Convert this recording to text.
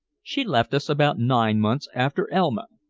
she left us about nine months after elma.